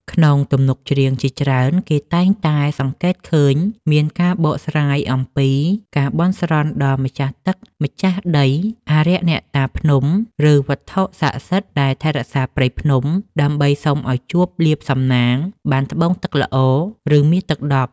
ក្នុងទំនុកច្រៀងជាច្រើន គេតែងតែសង្កេតឃើញមានការបកស្រាយអំពីការបន់ស្រន់ដល់ម្ចាស់ទឹកម្ចាស់ដី អារក្សអ្នកតាភ្នំ ឬវត្ថុសក្តិសិទ្ធិដែលថែរក្សាព្រៃភ្នំ ដើម្បីសុំឱ្យជួប លាភសំណាង បានត្បូងទឹកល្អ ឬមាសទឹកដប់។